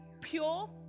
pure